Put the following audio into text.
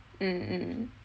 mm mm